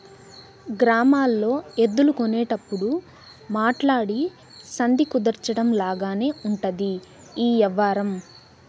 గ్రామాల్లో ఎద్దులు కొనేటప్పుడు మాట్లాడి సంధి కుదర్చడం లాగానే ఉంటది ఈ యవ్వారం